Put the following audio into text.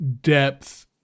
depth